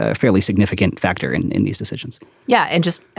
ah fairly significant factor in in these decisions yeah. and just,